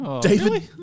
David